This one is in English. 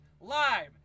Live